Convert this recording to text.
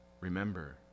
Remember